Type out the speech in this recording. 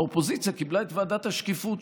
האופוזיציה קיבלה את ועדת השקיפות,